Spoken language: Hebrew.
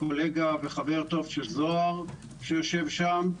קולגה וחבר טוב של זהר שיושב שם,